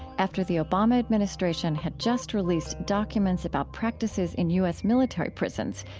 after the obama administration had just released documents about practices in u s. military prisons,